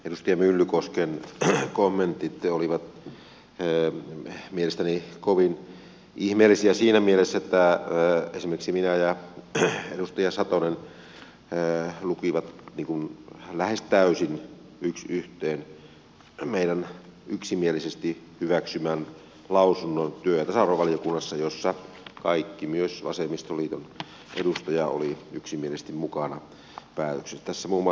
edustaja myllykosken kommentit olivat mielestäni kovin ihmeellisiä siinä mielessä että esimerkiksi minä ja edustaja satonen luimme lähes täysin yksi yhteen meidän yksimielisesti hyväksymämme lausunnon työ ja tasa arvovaliokunnassa jossa kaikki myös vasemmistoliiton edustaja olivat yksimielisesti mukana päätöksessä